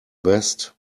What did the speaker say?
best